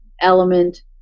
element